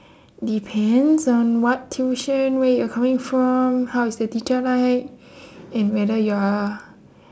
depends on what tuition where you coming from how is the teacher like and whether you are